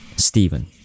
Stephen